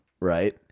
right